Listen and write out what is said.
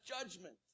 judgment